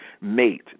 mate